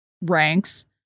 ranks